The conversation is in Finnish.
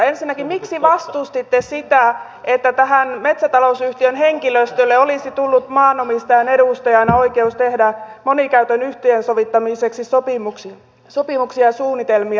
ensinnäkin miksi vastustitte sitä että metsätalousyhtiön henkilöstölle olisi tullut maanomistajan edustajana oikeus tehdä monikäytön yhteensovittamiseksi sopimuksia ja suunnitelmia